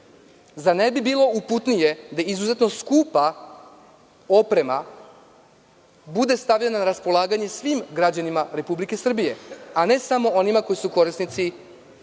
ne bi bilo uputnije da izuzetno skupa oprema bude stavljena na raspolaganje svim građanima Republike Srbije, a ne samo onima koji su korisnici